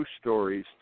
stories